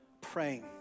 praying